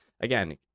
again